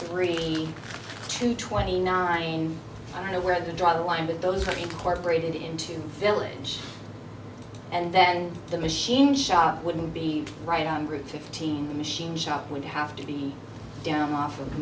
three to twenty nine i don't know where to draw the line but those reports graded into village and then the machine shop wouldn't be right on group fifteen the machine shop would have to be down